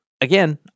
Again